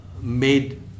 made